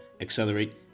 accelerate